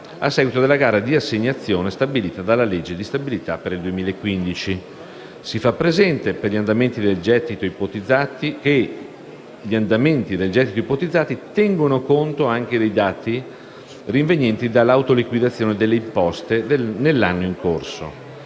a seguito della gara di assegnazione stabilita dalla legge di stabilità per il 2015. Si fa presente che gli andamenti del gettito ipotizzati tengono conto dei dati rivenienti dall'autoliquidazione delle imposte nell'anno in corso.